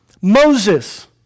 Moses